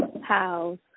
house